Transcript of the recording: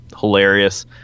hilarious